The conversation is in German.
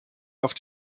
auf